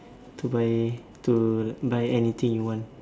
to buy to buy anything you want